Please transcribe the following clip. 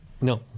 No